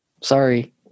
Sorry